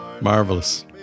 Marvelous